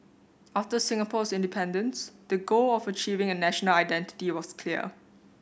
after Singapore's independence the goal of achieving a national identity was clear